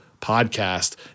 podcast